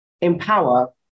empower